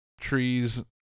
trees